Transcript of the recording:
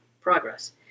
progress